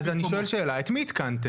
אז, אני שואל שאלה, את מי עדכנתם?